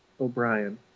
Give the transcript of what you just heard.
O'Brien